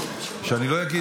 שאני לא אגיד.